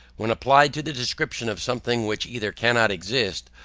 when applied to the description of some thing which either cannot exist,